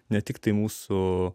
ne tiktai mūsų